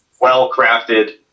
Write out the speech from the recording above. well-crafted